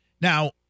Now